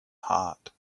heart